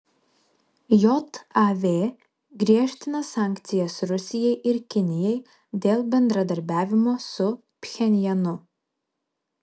jav griežtina sankcijas rusijai ir kinijai dėl bendradarbiavimo su pchenjanu